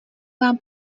vám